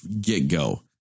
get-go